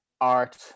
art